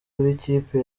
b’ikipe